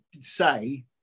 say